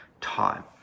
time